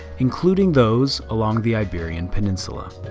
including those along the iberian peninsula.